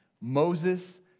Moses